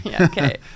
okay